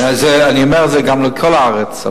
אני אומר את זה גם באשר לכל הארץ,